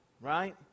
right